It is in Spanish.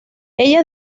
ella